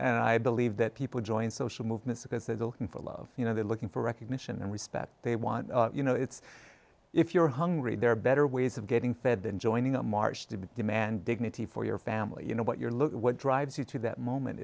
and i believe that people join social movements because they're looking for love you know they're looking for recognition and respect they want you know it's if you're hungry there are better ways of getting fed than joining a march to demand dignity for your family you know what you're look at what drives you to that moment